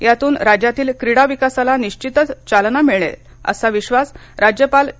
यातून राज्यातील क्रीडा विकासाला निश्वितच चालना मिळेल असा विश्वास राज्यपाल चे